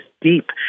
deep